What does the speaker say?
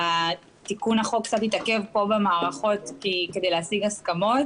התיקון החוק התעכב קצת כאן במערכות כדי להשיג הסכמות,